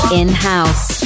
in-house